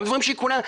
גם דברים שהיא קונה.